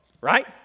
Right